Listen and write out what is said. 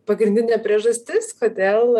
pagrindinė priežastis kodėl